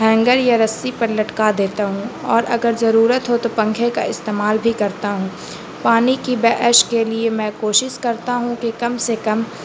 hanger یا رسی پر لٹکا دیتا ہوں اور اگر ضرورت ہو تو پنکھے کا استعمال بھی کرتا ہوں پانی کی بحس کے لیے میں کوشش کرتا ہوں کہ کم سے کم